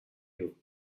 you